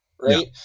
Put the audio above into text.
right